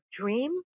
dream